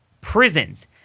prisons